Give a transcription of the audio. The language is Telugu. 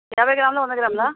యాభై గ్రాములా వంద గ్రాములా